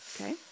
Okay